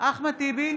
אחמד טיבי,